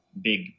big